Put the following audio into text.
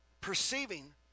Perceiving